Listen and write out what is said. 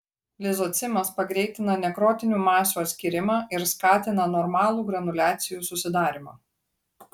lizocimas pagreitina nekrotinių masių atskyrimą ir skatina normalų granuliacijų susidarymą